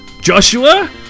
Joshua